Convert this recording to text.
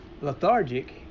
lethargic